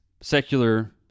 secular